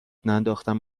ننداختم